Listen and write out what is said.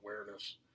awareness